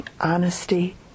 honesty